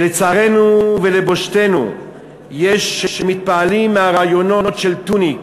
לצערנו ולבושתנו, יש שמתפעלים מהרעיונות של טוניק,